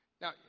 Now